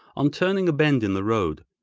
on turning a bend in the road,